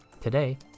Today